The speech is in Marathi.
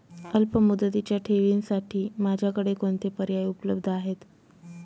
अल्पमुदतीच्या ठेवींसाठी माझ्याकडे कोणते पर्याय उपलब्ध आहेत?